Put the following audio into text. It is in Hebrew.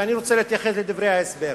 ואני רוצה להתייחס לדברי ההסבר,